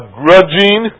grudging